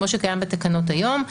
כמו שקיים בתקנות היום,